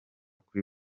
kuri